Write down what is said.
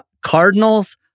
Cardinals